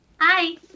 Hi